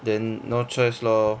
then no choice lor